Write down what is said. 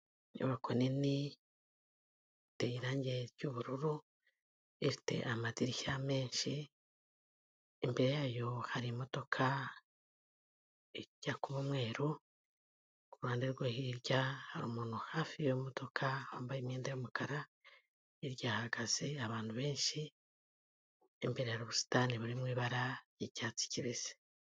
Inyubako nini iteye irangi ry'bururu ifite amadirishya menshi. Imbere yayo hari imodoka ijya kuba umweru, kuruhande rwo hirya hari umuntu hafi y'iyo modoka wambaye imyenda y'umukara. Hirya hahagaze abantu benshi. Imbere hari ubusitani buri mu ibara ry'icyatsi kibisi.